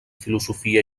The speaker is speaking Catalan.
filosofia